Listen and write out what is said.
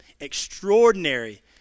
Extraordinary